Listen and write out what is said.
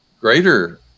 greater